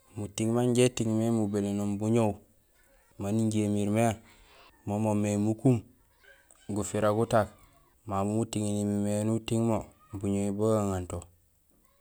Muting manja iting mé mubénénoom buñoow maan injé imiir mé mo moomé mukum gufira gutak mamu muting nimimé éni uting mo buñowi bugaŋanto.